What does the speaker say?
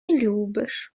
любиш